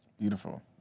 Beautiful